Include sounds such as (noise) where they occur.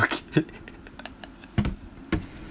okay (laughs)